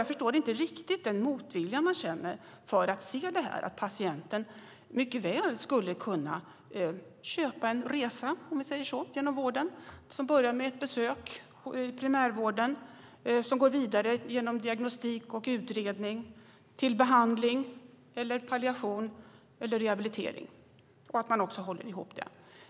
Jag förstår inte riktigt motviljan som finns mot att patienten mycket väl skulle kunna köpa en resa, om vi säger så, genom vården som börjar med ett besök i primärvården, går vidare genom diagnostik och utredning till behandling, palliation eller rehabilitering och att man på detta vis håller ihop det.